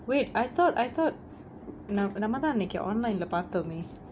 wait I thought I thought நா நம்ம தான் அன்னைக்கு:naa namma thaan annaikku online leh பாத்தோமே:paathomae